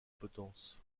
potence